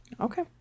Okay